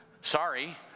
Sorry